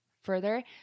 further